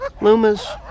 Loomis